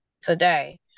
today